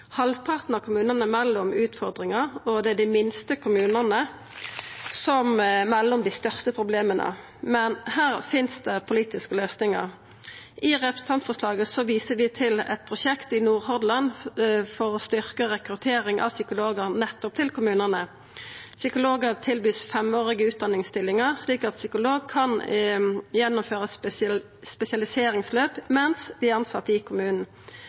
Halvparten av kommunane melder om utfordringar, og det er dei minste kommunane som melder om dei største problema. Men her finst det politiske løysingar. I representantforslaget viser vi til eit prosjekt i Nordhordland for å styrkja rekruttering av psykologar til nettopp kommunane. Psykologar vert tilbydde femårige utdanningsstillingar slik at psykologane kan gjennomføra eit spesialiseringsløp mens dei er tilsette i kommunen.